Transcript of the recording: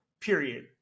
period